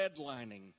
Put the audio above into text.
redlining